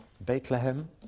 Bethlehem